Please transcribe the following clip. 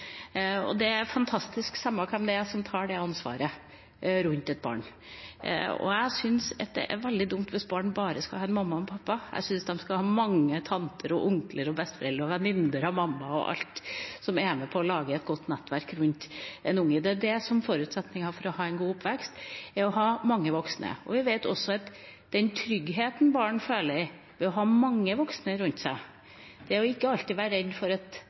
og det er fantastisk, samme hvem det er som tar det ansvaret rundt et barn. Jeg syns det er veldig dumt hvis barn bare skal ha en mamma og en pappa. Jeg syns det er mange – tanter, onkler, besteforeldre, venninner av mamma, osv. – som kan være med på å lage et godt nettverk rundt dem. Forutsetningen for å ha en god oppvekst er å ha mange voksne rundt seg. Vi vet også at det er en trygghet barn føler ved å ha mange voksne rundt seg – at en ikke alltid behøver å være redd for